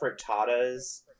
frittatas